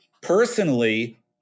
Personally